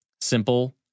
Simple